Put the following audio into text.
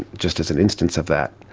just as an instance of that,